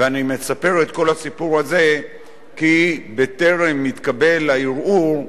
ואני מספר את כל הסיפור הזה כי בטרם התקבל הערעור,